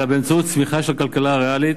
אלא באמצעות צמיחה של כלכלה ריאלית,